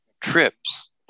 trips